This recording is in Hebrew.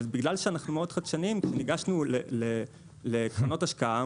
בגלל שאנחנו מאוד חדשניים, ניגשנו לקרנות השקעה.